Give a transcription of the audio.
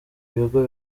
ibigo